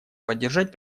поддержать